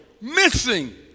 missing